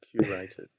curated